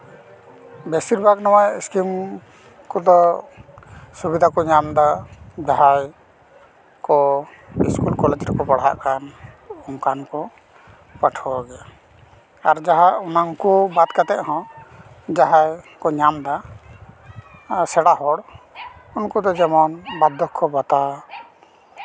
ᱵᱮᱥᱤᱨ ᱵᱷᱟᱜᱽ ᱱᱚᱣᱟ ᱤᱥᱠᱤᱢ ᱠᱚᱫᱚ ᱥᱩᱵᱤᱫᱷᱟ ᱠᱚ ᱧᱟᱢᱫᱟ ᱡᱟᱦᱟᱸᱭ ᱠᱚ ᱤᱥᱠᱩᱞ ᱠᱚᱞᱮᱡᱽ ᱨᱮᱠᱚ ᱯᱟᱲᱦᱟᱜ ᱠᱟᱱ ᱚᱱᱠᱟᱱ ᱠᱚ ᱯᱟᱹᱴᱷᱩᱣᱟᱹ ᱜᱮ ᱟᱨ ᱡᱟᱦᱟᱸ ᱩᱱᱠᱩ ᱵᱟᱫ ᱠᱟᱛᱮ ᱦᱚᱸ ᱡᱟᱦᱟᱸᱭ ᱠᱚ ᱧᱟᱢᱫᱟ ᱥᱮᱬᱟ ᱦᱚᱲ ᱩᱱᱠᱩ ᱫᱚ ᱡᱮᱢᱚᱱ ᱵᱟᱨᱫᱷᱚᱠᱠᱚ ᱵᱷᱟᱛᱟ